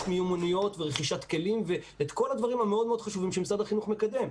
מיומנויות ורכישת כלים ואת כל הדברים המאוד מאוד חשובים שמשרד החינוך מקדם.